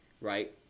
right